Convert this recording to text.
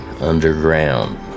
underground